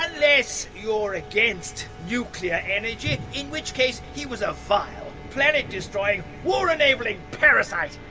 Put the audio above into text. unless you're against nuclear energy, in which case he was a vile, planet-destroying, war-enabling parasite.